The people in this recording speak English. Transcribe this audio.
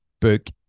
Book